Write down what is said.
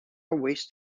wished